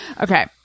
Okay